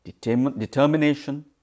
determination